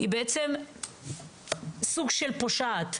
היא בעצם סוג של פושעת.